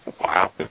Wow